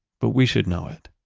but we should know it